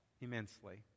immensely